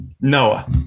Noah